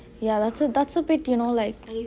ya that's a that's a bit you know like